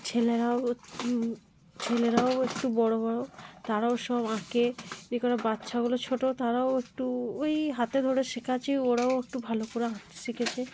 ছেলেরাও ছেলেরাও একটু বড় বড় তারাও সব আঁকে এই করে বাচ্চাগুলো ছোট তারাও একটু ওই হাতে ধরে শেখাচ্ছি ওরাও একটু ভালো করে আঁক শিখেছে